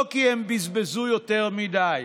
לא כי הם בזבזו יותר מדי,